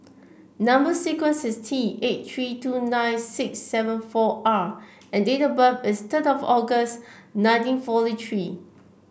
number sequence is T eight three two nine six seven four R and date of birth is third August nineteen forty three